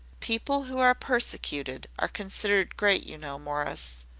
people who are persecuted are considered great, you know, morris,